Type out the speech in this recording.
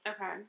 Okay